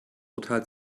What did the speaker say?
urteil